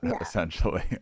essentially